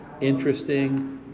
interesting